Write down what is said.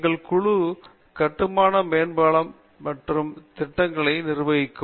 எங்கள் குழு கட்டுமான மேலாண்மை மற்றும் திட்டங்களை நிர்வகிக்கும்